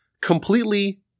completely